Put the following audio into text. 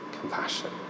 compassion